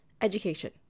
Education